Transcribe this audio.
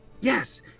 Yes